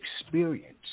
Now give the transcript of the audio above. experience